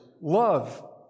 love